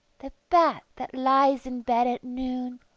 the bat that lies in bed at noon,